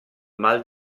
mal